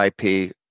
IP